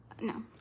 No